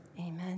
Amen